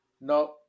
No